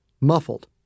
muffled